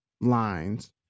Lines